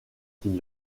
qui